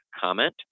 comment